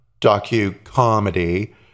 docu-comedy